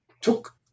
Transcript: took